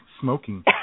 smoking